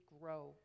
grow